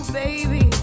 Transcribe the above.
baby